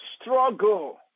struggle